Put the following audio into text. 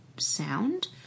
sound